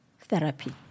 therapy